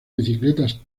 bicicletas